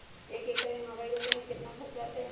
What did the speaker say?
एक एकर में मकई रोपे में कितना खर्च अतै?